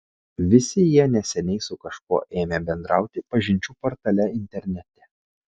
visi jie neseniai su kažkuo ėmė bendrauti pažinčių portale internete